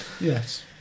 Yes